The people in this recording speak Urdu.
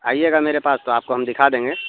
آئیے گا میرے پاس تو آپ کو ہم دکھا دیں گے